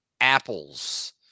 apples